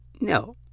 No